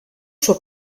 suo